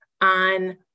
on